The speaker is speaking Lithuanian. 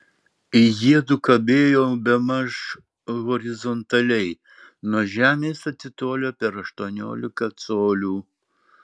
jiedu kabėjo bemaž horizontaliai nuo žemės atitolę per aštuoniolika colių